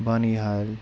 Banihal